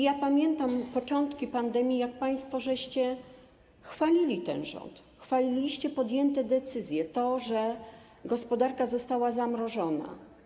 Ja pamiętam początki pandemii, jak państwo chwaliliście ten rząd, chwaliliście podjęte decyzje - to, że gospodarka została zamrożona.